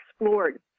explored